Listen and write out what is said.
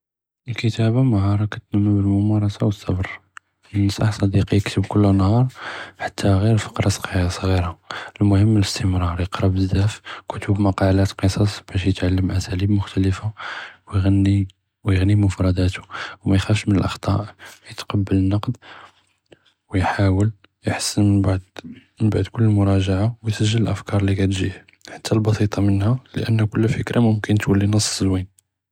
אלכתאבה מהרה לאזמל'ה אלממרסה ואלסבר, ננסח סדיקי יכתב כל נהאר חתא פקרה סכירה אלמهم אלאסטמראר, יקרא בזאף כתב מאקالات קוסאס בש יתעלם אסאליב מחתלפה ויג'ני مفרדאת, ומאי ח'אףש מן אלאח'טעא יתקבל אלנקד ויהאול יחסן בעד כל מראג'עה, יסג'ל אלאפקאר אללי קאעד תג'יה חתא אלבסיטה מינها לאן כל פיכרה מומכן תולי נס זוין.